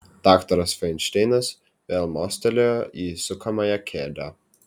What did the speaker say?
daktaras fainšteinas vėl mostelėjo į sukamąją kėdę